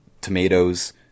tomatoes